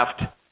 left